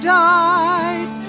died